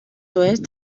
oest